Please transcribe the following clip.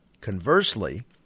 Conversely